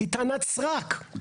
היא טענת סרק.